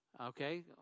Okay